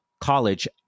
College